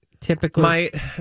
typically